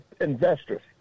investors